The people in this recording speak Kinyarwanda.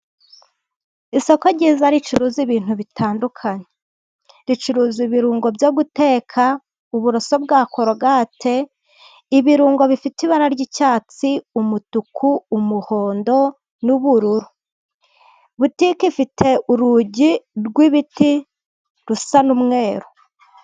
Isoko ryiza ricuruza ibintu bitandukanye. Ricuruza ibirungo byo guteka, uburoso bwa korogate, ibirungo bifite ibara ry'icyatsi, umutuku, umuhondo n'ubururu. Butiki ifite urugi rw'ibiti rusa n'umweru.